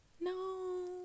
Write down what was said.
no